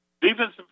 Defensive